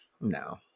No